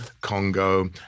congo